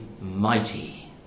mighty